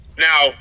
Now